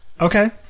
Okay